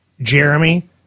Jeremy